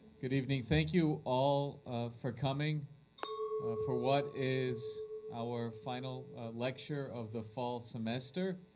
good evening. thank you all for coming for what is our final lecture of the fall semester.